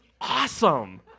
Awesome